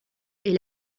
est